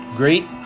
great